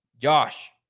Josh